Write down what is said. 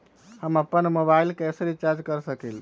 हम अपन मोबाइल कैसे रिचार्ज कर सकेली?